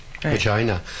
vagina